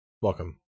Welcome